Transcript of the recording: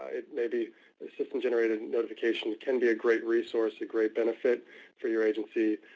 it may be system generated notification. it can be a great resource, a great benefit for you agency.